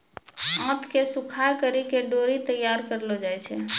आंत के सुखाय करि के डोरी तैयार करलो जाय छै